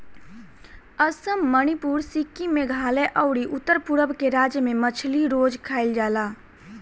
असम, मणिपुर, सिक्किम, मेघालय अउरी उत्तर पूरब के राज्य में मछली रोज खाईल जाला